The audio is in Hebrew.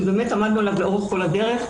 שעמדנו עליו לאורך כל הדרך,